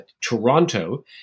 Toronto